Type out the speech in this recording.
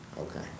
Okay